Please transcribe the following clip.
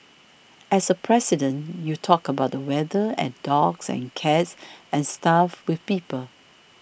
as a President you talk about the weather and dogs and cats and stuff with people